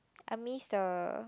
I miss the